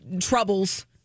troubles